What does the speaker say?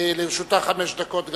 לרשותך חמש דקות.